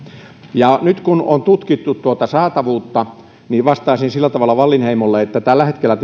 nyt kun on tutkittu tuota saatavuutta vastaisin sillä tavalla wallinheimolle että tällä hetkellä